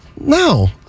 No